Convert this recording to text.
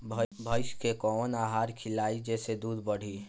भइस के कवन आहार खिलाई जेसे दूध बढ़ी?